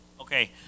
Okay